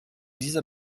dieser